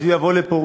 אז הוא יבוא לפה,